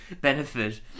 benefit